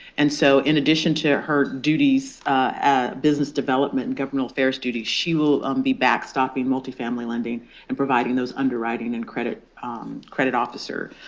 and so in addition to her ah business development governal affairs duties, she will um be backstopping multifamily lending and providing those underwriting and credit credit officer